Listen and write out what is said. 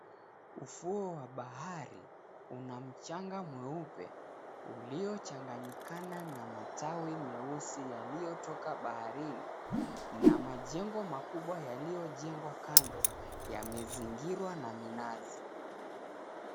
Ufuo wa bahari una mchanga mweupe, uliyochanganyikana na matawi meusi yaliyotoka baharini na majengo makubwa yaliyojengwa kando yamezingirwa na minazi.